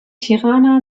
tirana